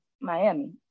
Miami